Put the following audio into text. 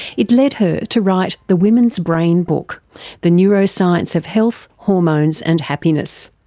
it led her to write the women's brain book the neuroscience of health, hormones and happiness.